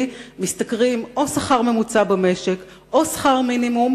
משתכרים או שכר ממוצע במשק או שכר מינימום,